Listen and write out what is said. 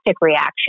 reaction